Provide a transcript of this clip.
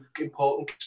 important